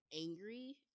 angry